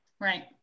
Right